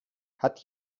hat